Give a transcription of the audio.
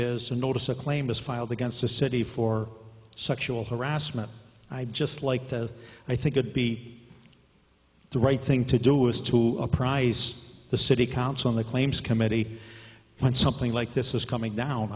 is a notice a claim is filed against the city for sexual harassment i just like that i think it be the right thing to do is to apprise the city council on the claims committee when something like this is coming down